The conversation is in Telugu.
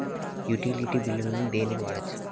యుటిలిటీ బిల్లులను దేనికి వాడొచ్చు?